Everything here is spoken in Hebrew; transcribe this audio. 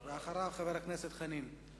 ואחריו, חבר הכנסת דב חנין.